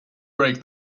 break